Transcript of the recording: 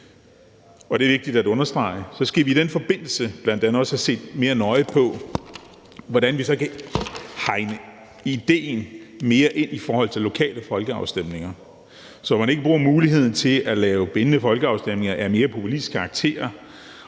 det er vigtigt at understrege – vi skal i den forbindelse bl.a. også have set mere nøje på, hvordan vi så kan hegne idéen mere ind i forhold til lokale folkeafstemninger, så man ikke bruger muligheden til at lave bindende folkeafstemninger af mere populistisk karakter.